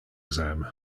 exam